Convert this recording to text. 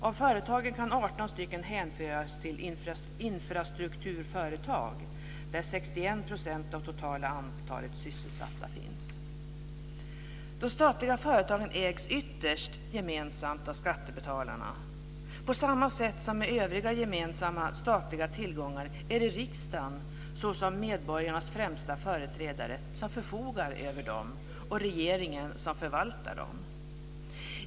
Av företagen kan 18 stycken hänföras till infrastrukturföretag, i vilka 61 % av det totala antalet sysselsatta finns. De statliga företagen ägs ytterst gemensamt av skattebetalarna. På samma sätt som med övriga gemensamma statliga tillgångar är det riksdagen, såsom medborgarnas främsta företrädare, som förfogar över dem och regeringen som förvaltar dem.